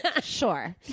Sure